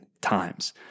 times